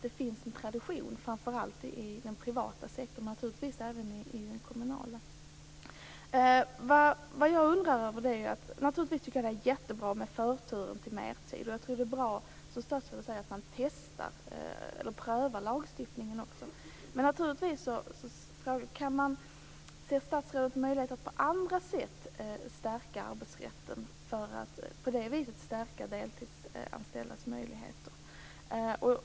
Det finns en tradition framför allt inom den privata sektorn men naturligtvis även inom den kommunala. Naturligtvis är det jättebra med förtur till mertid. Det är bra att man prövar lagstiftningen. Men ser statsrådet några möjligheter att på annat sätt stärka arbetsrätten för att på det viset stärka de deltidsanställdas möjligheter?